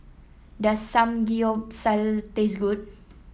does Samgeyopsal taste good